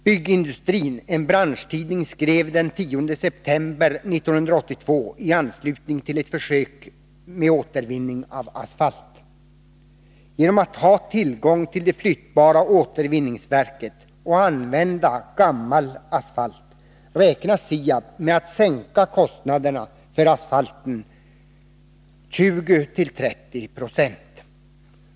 Byggindustrin, en branschtidning, skrev den 10 september 1982 i anslutning till ett försök med återvinning av asfalt: ”Genom att ha tillgång till det flyttbara återvinningsverket och använda gammal asfalt räknar Siab med att sänka kostnaderna för asfalten med 20-30 proc.